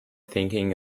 thinking